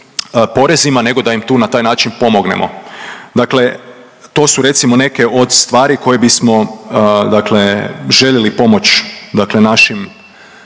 porezima, nego da im tu na taj način pomognemo. Dakle, to su recimo neke od stvari koje bismo, dakle željeli pomoći dakle našim